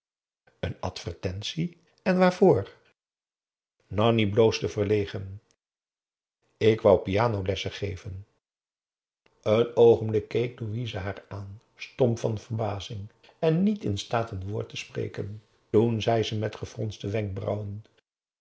een advertentie en waarvoor nanni bloosde verlegen ik wou piano lessen geven een oogenblik keek louise haar aan stom van verbap a daum hoe hij raad van indië werd onder ps maurits zing en niet in staat een woord te spreken toen zei ze met gefronste wenkbrauwen